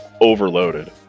overloaded